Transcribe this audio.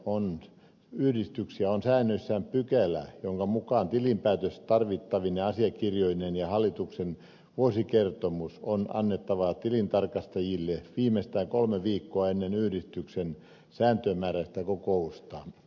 valtaosalla yhdistyksiä on säännöissään pykälä jonka mukaan tilinpäätös tarvittavine asiakirjoineen ja hallituksen vuosikertomus on annettava tilintarkastajille viimeistään kolme viikkoa ennen yhdistyksen sääntömääräistä kokousta